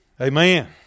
Amen